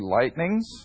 lightnings